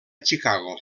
chicago